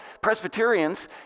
Presbyterians